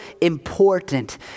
important